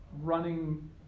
running